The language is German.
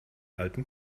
alten